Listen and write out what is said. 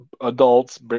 adults